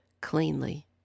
cleanly